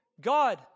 God